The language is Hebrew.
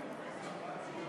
כבוד היושב-ראש,